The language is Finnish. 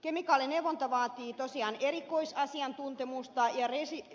kemikaalineuvonta vaatii tosiaan erikoisasiantuntemusta ja